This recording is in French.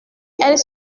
elles